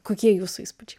kokie jūsų įspūdžiai